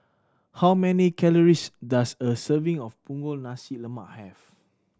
how many calories does a serving of Punggol Nasi Lemak have